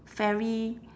ferry